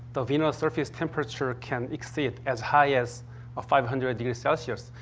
the venus surface temperature can exceed as high as ah five hundred degrees celsius,